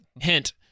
hint